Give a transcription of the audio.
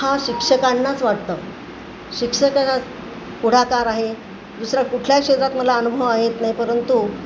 हा शिक्षकांनाच वाटतं शिक्षकांना पुढाकार आहे दुसऱ्या कुठल्याही क्षेत्रात मला अनुभव आहेत नाही परंतु